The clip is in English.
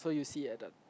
so you see at the